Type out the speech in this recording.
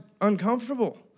uncomfortable